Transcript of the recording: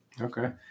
Okay